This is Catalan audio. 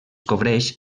cobreix